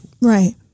Right